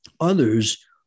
others